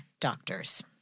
doctors